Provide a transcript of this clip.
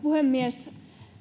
puhemies